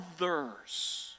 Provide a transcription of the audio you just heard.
others